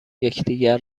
یکدیگر